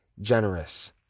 generous